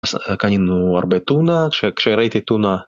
קנינו הרבה טונה, כשראיתי טונה.